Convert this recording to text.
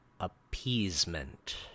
Appeasement